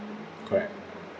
correct